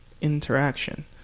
interaction